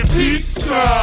pizza